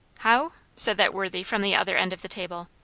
how? said that worthy from the other end of the table.